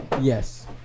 yes